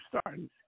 starting